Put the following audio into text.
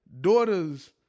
daughters